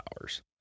hours